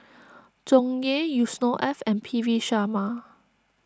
Tsung Yeh Yusnor Ef and P V Sharma